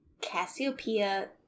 Cassiopeia